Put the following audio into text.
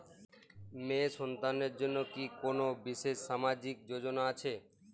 মেয়ে সন্তানদের জন্য কি কোন বিশেষ সামাজিক যোজনা আছে?